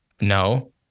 No